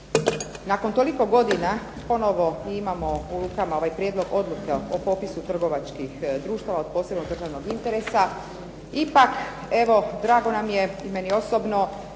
nakon toliko godina ponovo i imamo u rukama ovaj prijedlog odluka o popisu trgovačkih društava od posebnog državnog interesa ipak evo drago nam je i meni osobno